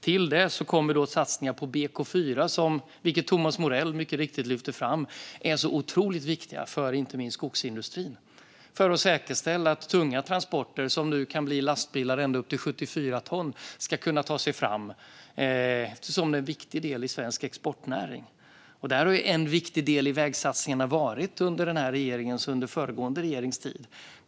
Till det kommer satsningar på BK4 som, vilket Thomas Morell mycket riktigt lyfte fram, är otroligt viktiga för inte minst skogsindustrin för att säkerställa att tunga transporter, som nu kan bli lastbilar ända upp till 74 ton, kan ta sig fram som en viktig del i svensk exportnäring. Det här har varit en viktig del av vägsatsningarna under denna och föregående regerings tid.